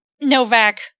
Novak